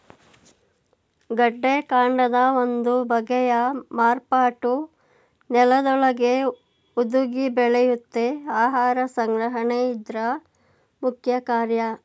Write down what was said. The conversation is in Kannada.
ಗೆಡ್ಡೆಕಾಂಡದ ಒಂದು ಬಗೆಯ ಮಾರ್ಪಾಟು ನೆಲದೊಳಗೇ ಹುದುಗಿ ಬೆಳೆಯುತ್ತೆ ಆಹಾರ ಸಂಗ್ರಹಣೆ ಇದ್ರ ಮುಖ್ಯಕಾರ್ಯ